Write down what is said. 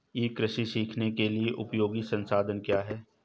ई कृषि सीखने के लिए उपयोगी संसाधन क्या हैं?